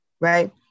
Right